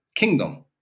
kingdom